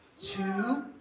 two